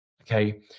Okay